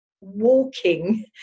walking